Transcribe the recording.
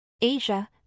Asia